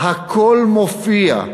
הכול מופיע.